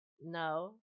No